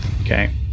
Okay